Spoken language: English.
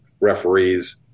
referees